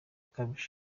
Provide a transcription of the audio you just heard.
ukabije